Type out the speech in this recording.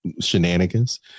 shenanigans